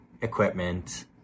equipment